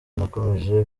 nakomeje